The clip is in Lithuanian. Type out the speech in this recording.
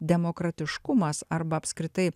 demokratiškumas arba apskritai